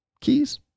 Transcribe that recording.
Keys